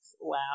Wow